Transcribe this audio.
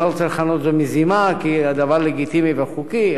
אני לא רוצה לכנות את זה מזימה כי הדבר לגיטימי וחוקי,